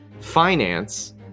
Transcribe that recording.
finance